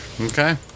Okay